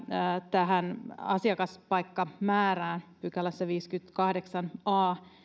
tähän asiakaspaikkamäärään pykälässä viisikymmentäkahdeksan a